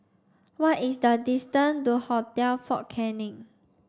what is the distance to Hotel Fort Canning